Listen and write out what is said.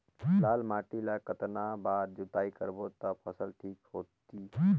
लाल माटी ला कतना बार जुताई करबो ता फसल ठीक होती?